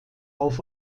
auf